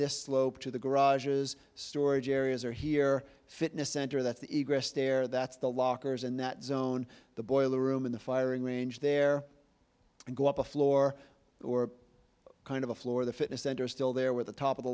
this slope to the garages storage areas are here fitness center that's the stair that's the lockers and that zone the boiler room in the firing range there and go up a floor or kind of a floor the fitness center is still there with the top of the